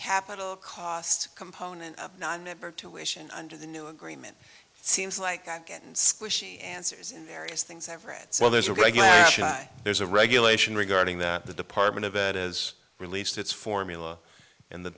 capital cost component not member tuitions under the new agreement seems like i've gotten squishy answers in various things i've read so there's a regular there's a regulation regarding that the department of it is released its formula in the